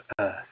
Earth